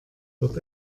wird